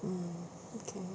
mm okay